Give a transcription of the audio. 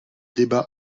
débats